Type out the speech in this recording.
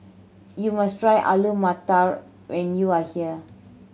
you must try Alu Matar when you are here